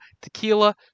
tequila